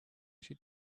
she